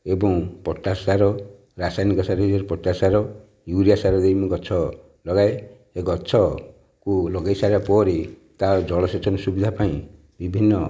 ଏବଂ ପଟାସ ସାର ରାସାୟନିକ ପଟାସ ସାର ୟୁରିଆ ସାର ଦେଇ ମୁଁ ଗଛ ଲଗାଏ ଏ ଗଛକୁ ଲଗାଇ ସାରିଲା ପରେ ତା'ର ଜଳସେଚନ ସୁବିଧା ପାଇଁ ବିଭିନ୍ନ